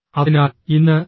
അതിനാൽ ഇന്ന് എം